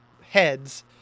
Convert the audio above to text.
heads